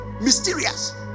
mysterious